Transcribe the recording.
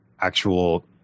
actual